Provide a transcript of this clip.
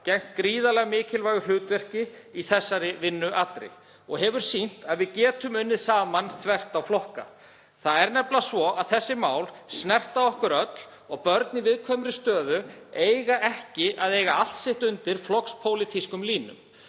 gegnt gríðarlega mikilvægu hlutverki í þessari vinnu allri og hefur sýnt að við getum unnið saman þvert á flokka. Það er nefnilega svo að þessi mál snerta okkur öll og börn í viðkvæmri stöðu eiga ekki að eiga allt sitt undir flokkspólitískum línum.